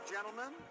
Gentlemen